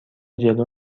جلو